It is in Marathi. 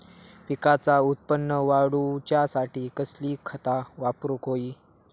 पिकाचा उत्पन वाढवूच्यासाठी कसली खता वापरूक होई?